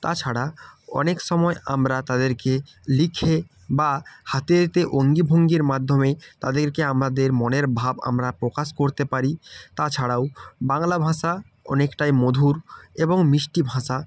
তাছাড়া অনেক সময় আমরা তাদেরকে লিখে বা হাতে হাতে অঙ্গ ভঙ্গির মাধ্যমেই তাদেরকে আমাদের মনের ভাব আমরা প্রকাশ করতে পারি তাছাড়াও বাংলা ভাষা অনেকটাই মধুর এবং মিষ্টি ভাষা